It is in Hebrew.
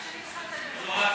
חברת הכנסת נורית קורן,